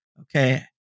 Okay